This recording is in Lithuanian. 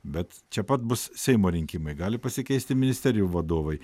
bet čia pat bus seimo rinkimai gali pasikeisti ministerijų vadovai